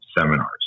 seminars